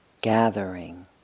gathering